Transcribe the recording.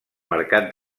mercat